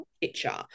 picture